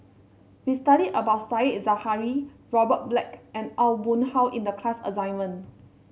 we studied about Said Zahari Robert Black and Aw Boon Haw in the class assignment